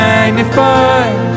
magnified